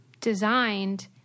designed